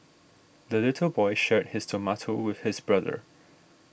the little boy shared his tomato with his brother